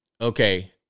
Okay